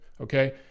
Okay